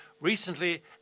recently